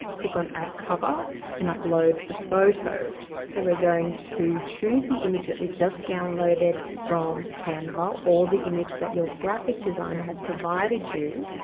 click on add cover and upload the photo, so we are going to choose the image that we just downloaded from canva or the image that your graphic designer as provided you,